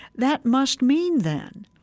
that must mean, then,